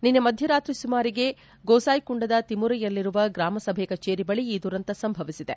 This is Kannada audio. ನಿನ್ನೆ ಮಧ್ಯರಾತ್ರಿ ಸುಮಾರಿಗೆ ಗೋಸಾಯ್ಕುಂಡದ ತಿಮುರೆಯಲ್ಲಿರುವ ಗ್ರಾಮ ಸಭೆ ಕಚೇರಿಯ ಬಳಿ ಈ ದುರಂತ ಸಂಭವಿಸಿದೆ